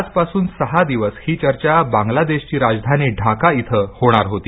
आज पासून सहा दिवस हीचर्चा बांगलादेशची राजधानी ढाका इथं होणार होती